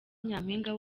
nyampinga